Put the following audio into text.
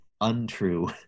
untrue